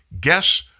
Guess